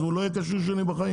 הוא לא יהיה כשיר 2 אף פעם.